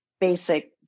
basic